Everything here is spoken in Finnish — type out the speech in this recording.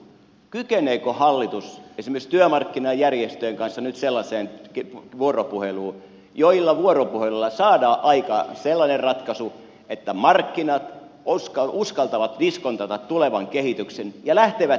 kykeneekö hallitus esimerkiksi työmarkkinajärjestöjen kanssa nyt sellaiseen vuoropuheluun jolla saadaan aikaan sellainen ratkaisu että markkinat uskaltavat diskontata tulevan kehityksen ja lähtevät investoimaan